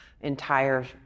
entire